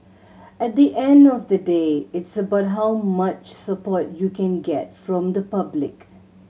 at the end of the day it's about how much support you can get from the public